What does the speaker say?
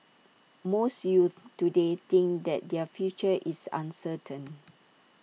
most youths today think that their future is uncertain